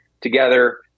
together